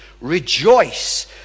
Rejoice